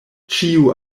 ĉiu